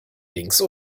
links